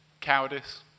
cowardice